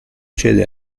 cede